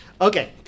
Okay